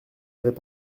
avait